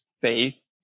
faith